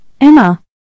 Emma